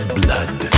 blood